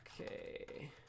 Okay